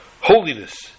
holiness